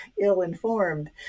ill-informed